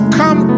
come